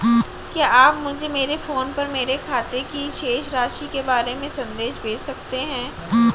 क्या आप मुझे मेरे फ़ोन पर मेरे खाते की शेष राशि के बारे में संदेश भेज सकते हैं?